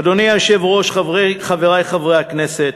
אדוני היושב-ראש, חברי חברי הכנסת,